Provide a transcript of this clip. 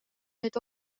nüüd